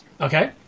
Okay